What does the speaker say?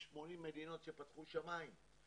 יש 80 מדינות שפתחו שמיים.